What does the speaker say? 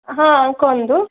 ହଁ କୁହନ୍ତୁ